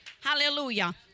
Hallelujah